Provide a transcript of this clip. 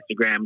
Instagram